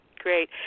Great